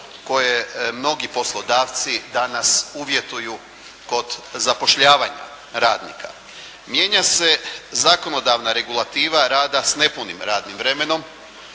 koje mnogi poslodavci danas uvjetuju kod zapošljavanja radnika. Mijenja se zakonodavna regulativa rada s nepunim radnim vremenom,